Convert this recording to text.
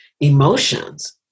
emotions